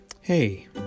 Hey